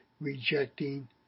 rejecting